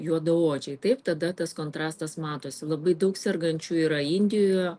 juodaodžiai taip tada tas kontrastas matosi labai daug sergančių yra indijoje